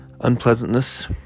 unpleasantness